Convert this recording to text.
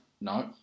No